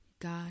God